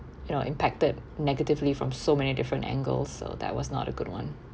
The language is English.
you know impacted negatively from so many different angles so that was not a good [one]